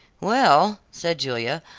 well, said julia,